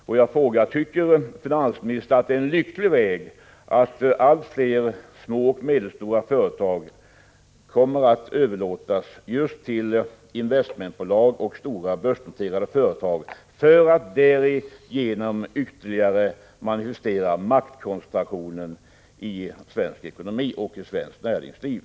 Jag vill fråga: Tycker finansministern att det är en lycklig utveckling att allt fler små och medelstora företag kommer att överlåtas till investmentföretag och stora börsnoterade företag och därigenom ytterligare befästa maktkoncentrationen i den svenska ekonomin och det svenska näringslivet?